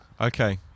okay